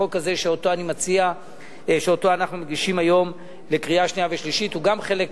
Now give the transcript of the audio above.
החוק הזה שאנחנו מגישים היום לקריאה שנייה ושלישית גם הוא חלק,